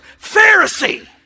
Pharisee